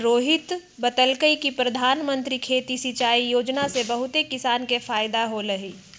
रोहित बतलकई कि परधानमंत्री खेती सिंचाई योजना से बहुते किसान के फायदा होलई ह